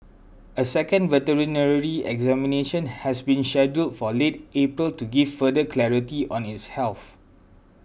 a second veterinary examination has been scheduled for late April to give further clarity on its health